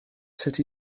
sut